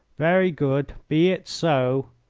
very good. be it so.